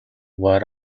what